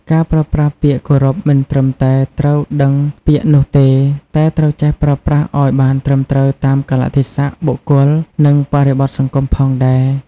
ការប្រើប្រាស់ពាក្យគោរពមិនត្រឹមតែត្រូវដឹងពាក្យនោះទេ តែត្រូវចេះប្រើប្រាស់ឱ្យបានត្រឹមត្រូវតាមកាលៈទេសៈ បុគ្គល និងបរិបទសង្គមផងដែរ។